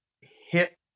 hit